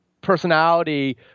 personality